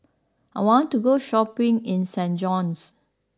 I want to go shopping in Saint John's